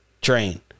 train